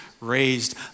raised